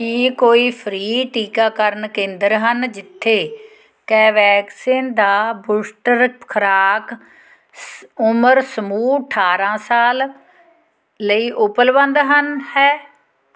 ਕੀ ਕੋਈ ਫ੍ਰੀ ਟੀਕਾਕਰਨ ਕੇਂਦਰ ਹਨ ਜਿੱਥੇ ਕੈਵੈਕਸਿਨ ਦਾ ਬੂਸਟਰ ਖੁਰਾਕ ਸ ਉਮਰ ਸਮੂਹ ਅਠਾਰ੍ਹਾਂ ਸਾਲ ਲਈ ਉਪਲੱਬਧ ਹਨ ਹੈ